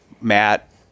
Matt